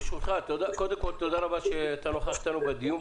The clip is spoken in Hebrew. תודה, ותודה על כך שאתה נוכח בישיבה.